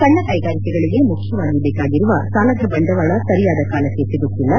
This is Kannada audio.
ಸಣ್ಣ ಕೈಗಾರಿಕೆಗಳಿಗೆ ಮುಖ್ಯವಾಗಿ ಬೇಕಾಗಿರುವ ಸಾಲದ ಬಂಡವಾಳ ಸರಿಯಾದ ಕಾಲಕ್ಕೆ ಸಿಗುತ್ತಿಲ್ಲ